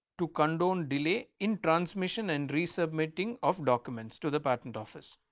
to condone delay in transmission and re submitting of documents to the patent office.